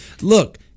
Look